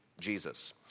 Jesus